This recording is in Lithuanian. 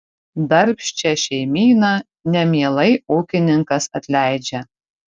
darbščią šeimyną nemielai ūkininkas atleidžia